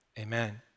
Amen